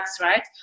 right